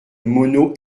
mono